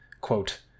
quote